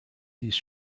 these